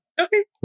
Okay